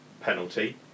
penalty